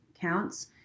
counts